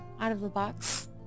out-of-the-box